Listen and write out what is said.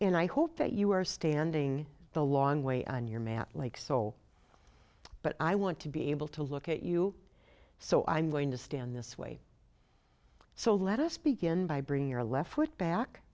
and i hope that you are standing the long way on your mat like soul but i want to be able to look at you so i'm going to stand this way so let us begin by bringing your left foot back